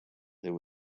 there